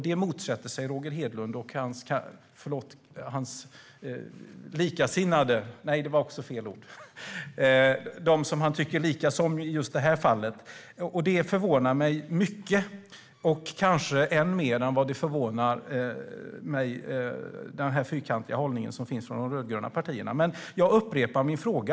Det motsätter sig Roger Hedlund och de som tycker likadant som han i just det här fallet. Det förvånar mig mycket, kanske mer än den fyrkantiga hållning som de rödgröna partierna har. Jag upprepar min fråga.